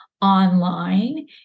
online